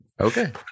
okay